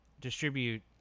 distribute